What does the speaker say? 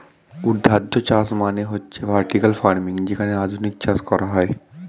ঊর্ধ্বাধ চাষ মানে হচ্ছে ভার্টিকাল ফার্মিং যেখানে আধুনিক চাষ করা হয়